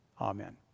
Amen